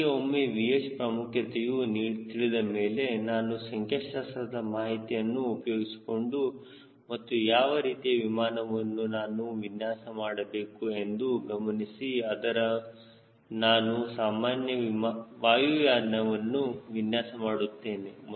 ನನಗೆ ಒಮ್ಮೆ VH ಪ್ರಾಮುಖ್ಯತೆಯು ತಿಳಿದ ಮೇಲೆನಾನು ಸಂಖ್ಯಾಶಾಸ್ತ್ರದ ಮಾಹಿತಿಯನ್ನು ಉಪಯೋಗಿಸಿಕೊಂಡು ಮತ್ತು ಯಾವ ರೀತಿಯ ವಿಮಾನವನ್ನು ನಾನು ವಿನ್ಯಾಸ ಮಾಡಬೇಕು ಎಂದು ಗಮನಿಸಿ ಅಂದರೆ ನಾನು ಸಾಮಾನ್ಯ ವಾಯುಯಾನ ವನ್ನು ವಿನ್ಯಾಸ ಮಾಡುತ್ತೇನೆ